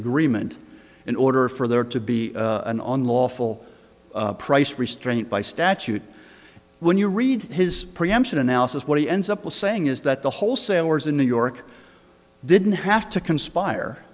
agreement in order for there to be an unlawful price restraint by statute when you read his preemption analysis what he ends up with saying is that the wholesalers in new york didn't have to conspire